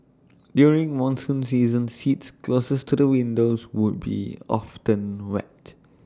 during monsoon season seats closest to the windows would be often wet